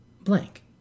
blank